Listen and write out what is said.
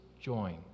join